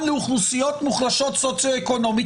לאוכלוסיות מוחלשות סוציו-אקונומית,